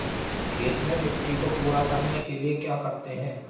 खेत में मिट्टी को पूरा करने के लिए क्या करते हैं?